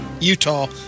Utah